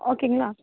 ஓகேங்களா